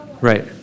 Right